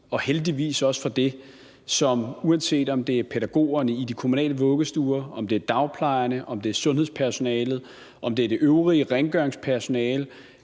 og heldigvis for det, som – uanset om det er pædagogerne i de kommunale vuggestuer, om det er dagplejerne, om det er sundhedspersonalet, om det er det øvrige rengøringspersonale,